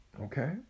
Okay